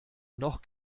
noch